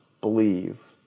believe